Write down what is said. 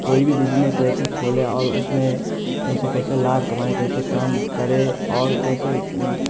कोई भी बिजनेस जैसे खोले और उसमें जैसे कैसे लाभ कमाएँ कैसे काम करें और कैसे